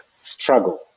struggle